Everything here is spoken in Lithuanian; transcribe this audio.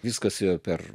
viskas yra per